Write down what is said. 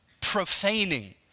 profaning